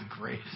grace